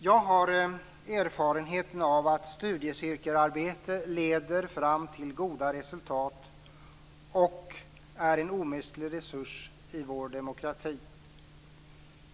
Jag har erfarenheten att studiecirkelarbete leder fram till goda resultat och är en omistlig resurs i vår demokrati.